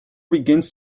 begins